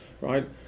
right